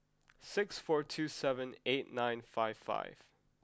six four two seven eight nine five five